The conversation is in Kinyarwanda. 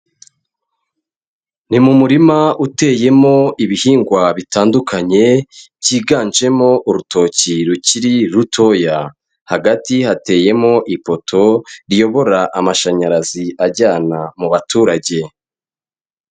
Ni mu murima uteyemo ibihingwa bitandukanye, byiganjemo urutoki rukiri rutoya, hagati hateyemo ipoto riyobora amashanyarazi ajyana mu baturage.